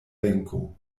venko